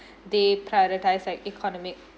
they prioritize like economic